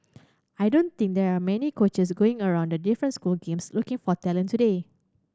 I don't think there are many coaches going around the different school games looking for talent today